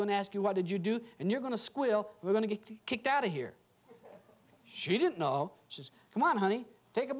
to ask you what did you do and you're going to squeal we're going to get kicked out of here she didn't know she's one honey take